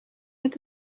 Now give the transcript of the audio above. met